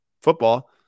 football